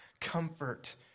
comfort